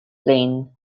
plane